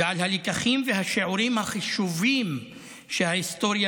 ועל הלקחים והשיעורים החשובים שההיסטוריה